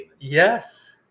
Yes